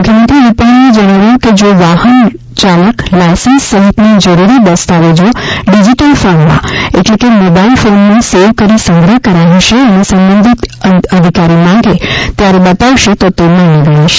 મુખ્યમત્રી રૂપાણીએ જણાવ્યું કે જો વાહન ચાલક લાયસન્સ સહિતના જરૂરી દસ્તાવેજો ડિજીટલ ફોર્મમાં એટલે કે મોબાઇલ ફોનમાં સેવ કરી સંગ્રહ કર્યો હશે અને સંબંધિત અધિકારી માંગે ત્યારે બતાવશે તો એ માન્ય ગણાશે